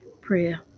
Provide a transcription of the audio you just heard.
Prayer